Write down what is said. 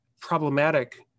problematic